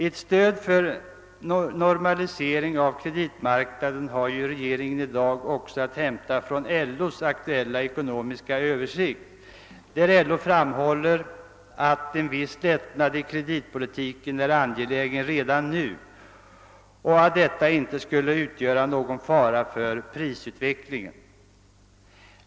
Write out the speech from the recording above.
Ett stöd för en normalisering av kreditmarknaden har regeringen i dag också att hämta från LO:s aktuella ekonomiska översikt, i vilken det framhålls att en viss lättnad i kreditpolitiken är angelägen redan nu och att den inte skulle utgöra någon fara för prisutvecklingen.